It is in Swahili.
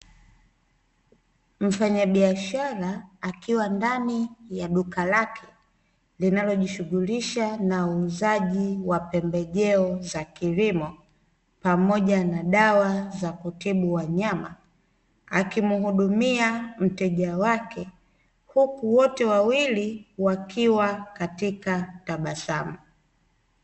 Mfanya biashara akiwa ndani ya duka lake, linalo jishughulisha na uuzaji wa pembejeo za kilimo, pamoja na dawa za kutibu wanyama, akimuhudumia mteja wake huku wote wawili wakiwa katika tabasamu.